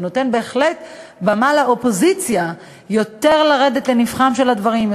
זה נותן בהחלט במה לאופוזיציה יותר לרדת לנבכי הדברים,